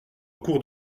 cours